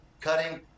cutting